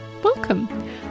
welcome